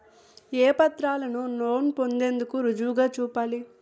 ఏ పత్రాలను లోన్ పొందేందుకు రుజువుగా చూపాలి?